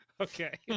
Okay